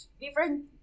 different